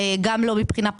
גם לא מבחינת פרקטית,